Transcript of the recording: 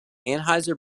anheuser